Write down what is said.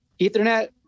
Ethernet